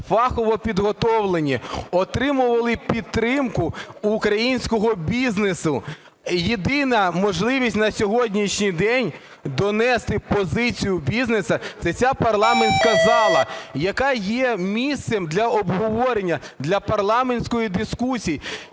фахово підготовлені, отримували підтримку у українського бізнесу. Єдина можливість на сьогоднішній день донести позицію бізнесу – це ця парламентська зала, яка є місцем для обговорення, для парламентської дискусії.